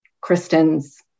Kristen's